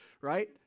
right